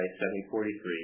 743